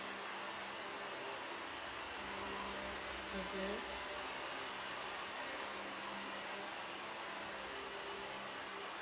mmhmm